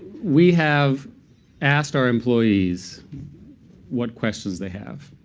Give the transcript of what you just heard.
we have asked our employees what questions they have.